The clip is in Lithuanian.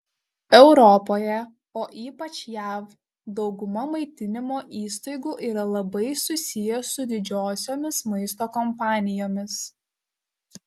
europoje o ypač jav dauguma maitinimo įstaigų yra labai susiję su didžiosiomis maisto kompanijomis